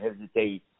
hesitate